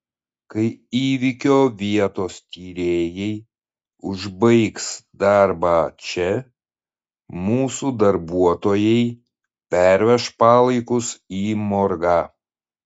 kai įvykio vietos tyrėjai užbaigs darbą čia mūsų darbuotojai perveš palaikus į morgą